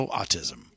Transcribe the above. autism